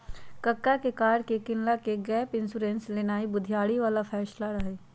कक्का के कार के किनला पर गैप इंश्योरेंस लेनाइ बुधियारी बला फैसला रहइ